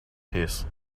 peace